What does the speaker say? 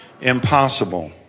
impossible